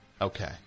Okay